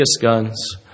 guns